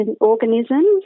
organisms